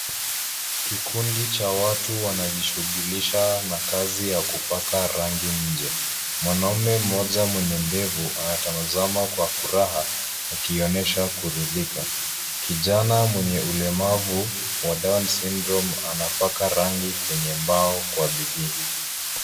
Kikundi cha watu wanajishughulisha na kazi ya kupaka rangi nje. Mwanaume mmoja mwenye ndevu anatazama kwa furaha akionyesha kuridhika. Kijana mwenye ulemavu wa down syndrome anapaka rangi kwa bidii.